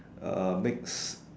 uh makes